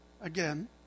again